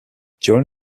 during